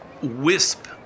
wisp